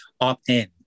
opt-in